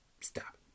stop